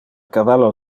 cavallo